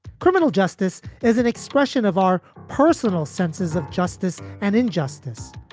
criminal justice is an expression of our personal senses of justice and injustice.